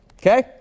Okay